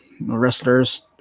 wrestlers